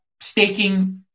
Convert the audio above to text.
staking